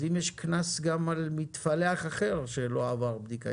אז יש קנס גם על מתפלח אחר שלא עבר בדיקה?